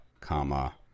comma